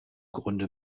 grunde